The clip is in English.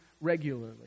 regularly